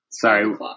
Sorry